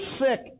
sick